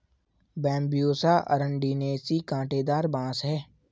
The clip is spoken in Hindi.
बैम्ब्यूसा अरंडिनेसी काँटेदार बाँस है